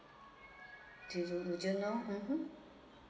to to to don't know why hmm